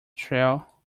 trail